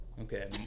Okay